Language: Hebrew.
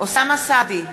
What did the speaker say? אוסאמה סעדי,